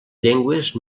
llengües